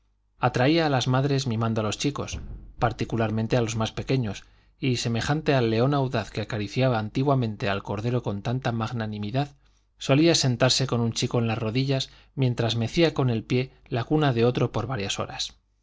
atraíase a las madres mimando a los chicos particularmente a los más pequeños y semejante al león audaz que acariciaba antiguamente al cordero con tanta magnanimidad solía sentarse con un chico en las rodillas mientras mecía con el pie la cuna de otro por varias horas